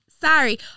Sorry